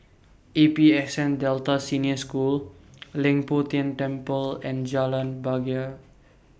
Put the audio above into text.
A P S N Delta Senior School Leng Poh Tian Temple and Jalan